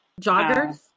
Joggers